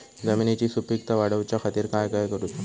जमिनीची सुपीकता वाढवच्या खातीर काय करूचा?